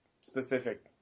specific